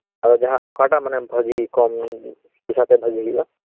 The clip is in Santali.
ᱟᱫᱚ ᱡᱟᱦᱟᱸ ᱟᱫᱚ ᱚᱠᱟᱴᱟᱜ ᱵᱷᱟᱜᱤ ᱠᱚᱢ ᱯᱚᱭᱥᱟᱛᱮ ᱵᱷᱟᱜᱤ ᱦᱩᱭᱩᱜᱼᱟ